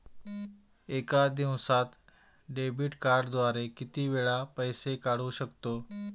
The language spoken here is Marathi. एका दिवसांत डेबिट कार्डद्वारे किती वेळा पैसे काढू शकतो?